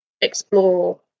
explore